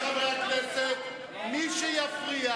רבותי חברי הכנסת, מי שיפריע,